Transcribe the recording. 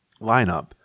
lineup